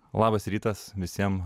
labas rytas visiem